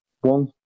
one